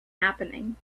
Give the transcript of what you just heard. happening